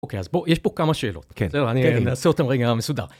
אוקיי אז בואו יש פה כמה שאלות, כן אני אעשה אותם רגע מסודר.